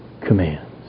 commands